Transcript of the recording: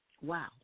Wow